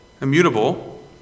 Immutable